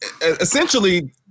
essentially